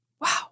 Wow